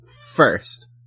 First